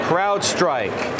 CrowdStrike